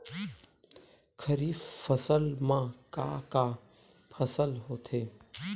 खरीफ फसल मा का का फसल होथे?